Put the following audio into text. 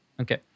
Okay